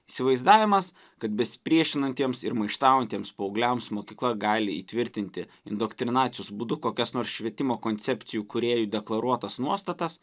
įsivaizdavimas kad besipriešinantiems ir maištaujantiems paaugliams mokykla gali įtvirtinti indoktrinacijos būdu kokias nors švietimo koncepcijų kūrėjų deklaruotas nuostatas